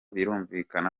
birumvikana